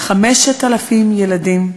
5,000 ילדים,